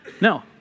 No